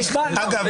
אגב,